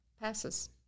passes